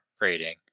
rating